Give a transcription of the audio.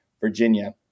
Virginia